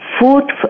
Food